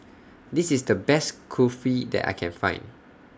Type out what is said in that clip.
This IS The Best Kulfi that I Can Find